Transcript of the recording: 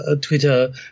Twitter